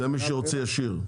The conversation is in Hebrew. זה למי שרוצה ישיר.